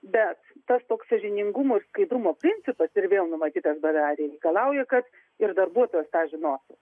bet tas toks sąžiningumo ir skaidrumo principas ir vėl numatytasbadare reikalauja kad ir darbuotojas tą žinotų